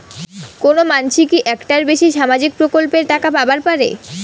কোনো মানসি কি একটার বেশি সামাজিক প্রকল্পের টাকা পাবার পারে?